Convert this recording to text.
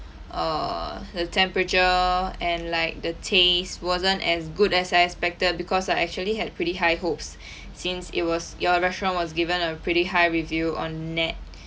err the temperature and like the taste wasn't as good as I expected because I actually had pretty high hopes since it was your restaurant was given a pretty high review on net